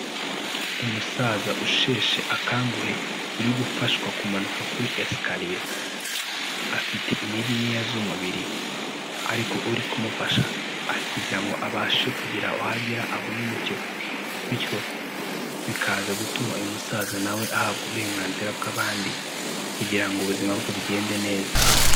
Umusaza usheshe akanguhe. Uri gufashwa kumanuka kuri esikariye. Afite intege nkeya z'umubiri. Ariko uri kumufasha ari kugira ngo abashe kugera aho agera abone umucyo. Bityo bikaza gutuma uyu musaza na we ahabwa uburenganzira bw'abandi. kugira ngo ubuzima bwe bugende neza.